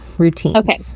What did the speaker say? Okay